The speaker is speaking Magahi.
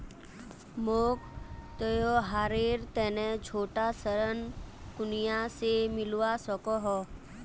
मोक त्योहारेर तने छोटा ऋण कुनियाँ से मिलवा सको हो?